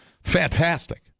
Fantastic